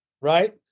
right